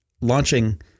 launching